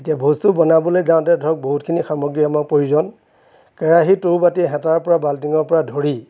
এতিয়া ভোজটো বনাবলৈ যাওঁতে ধৰক বহুতখিনি সামগ্ৰী আমাৰ প্ৰয়োজন কেৰাহী টৌ বাতি হেতাৰ পৰা বাল্টিঙৰ পৰা ধৰি